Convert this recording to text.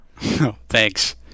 thanks